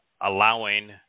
allowing